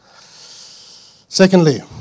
Secondly